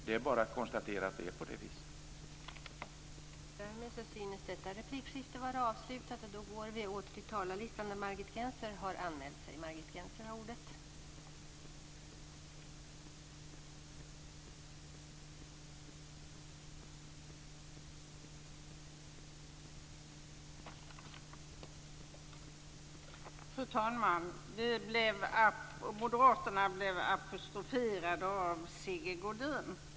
Det är bara att konstatera att det är på det viset.